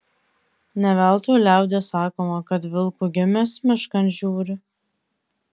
ne veltui liaudies sakoma kad vilku gimęs miškan žiūri